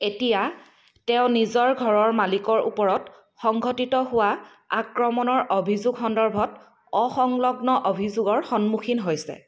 এতিয়া তেওঁ নিজৰ ঘৰৰ মালিকৰ ওপৰত সংঘটিত হোৱা আক্ৰমণৰ অভিযোগ সন্দৰ্ভত অসংলগ্ন অভিযোগৰ সন্মুখীন হৈছে